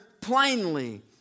plainly